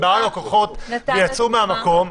אם באו לקוחות ויצאו מהמקום,